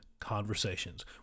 conversations